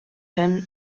him